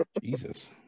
Jesus